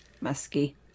Musky